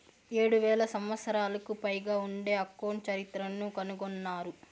ఏడు వేల సంవత్సరాలకు పైగా ఉండే అకౌంట్ చరిత్రను కనుగొన్నారు